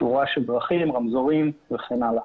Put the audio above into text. תאורת דרכים, רמזורים וכן הלאה.